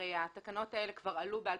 כהרי התקנות האלה כבר עלו ב-2013,